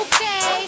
Okay